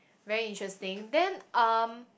very interesting then um